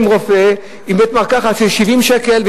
מהרופא עם 70 שקלים לבית-מרקחת,